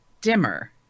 dimmer